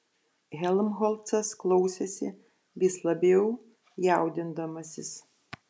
helmholcas klausėsi vis labiau jaudindamasis